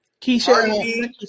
Keisha